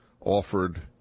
offered